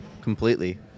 Completely